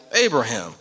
Abraham